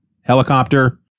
helicopter